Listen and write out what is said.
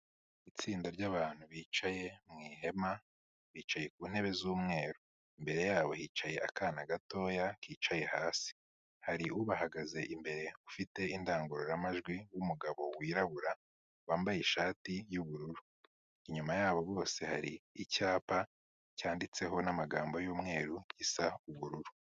Itsinda ry'abantu bicaye mu ihema, bicaye ku ntebe z'umweru, imbere yabo hicaye akana gatoya kicaye hasi, hari ubagaze imbere ufite indangururamajwi w'umugabo wirabura wambaye ishati y'ubururu, inyuma yabo bose hari icyapa cyanditseho n'amagambo y'umweru gisa ubururu.